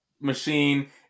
machine